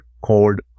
called